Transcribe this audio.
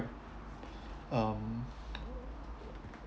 um